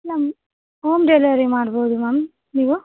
ma'am home delivery ಮಾಡ್ಬೌದು ma'am ನೀವು